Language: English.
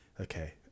okay